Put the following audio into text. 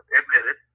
admitted